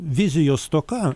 vizijos stoka